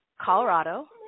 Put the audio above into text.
Colorado